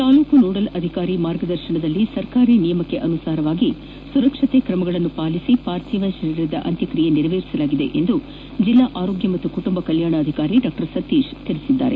taluk nodal ಅಧಿಕಾರಿ ಮಾರ್ಗ ದರ್ಶನದಲ್ಲಿ ಸರ್ಕಾರಿ ನಿಯಮಾನುಸಾರ ಸುರಕ್ಷತಾ ಕ್ರಮಗಳೊಂದಿಗೆ ಪಾರ್ಥೀವಶರೀರ ಅಂತ್ಯಕ್ತಿಯೆ ನೆರವೇರಿಸಲಾಗಿದೆ ಎಂದು ಜಿಲ್ಲಾ ಆರೋಗ್ಯ ಮತ್ತು ಕುಟುಂಬ ಕಲ್ಕಾಣ ಅಧಿಕಾರಿ ಡಾ ಸತೀಶ್ ತಿಳಿಸಿದ್ದಾರೆ